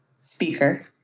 speaker